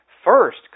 First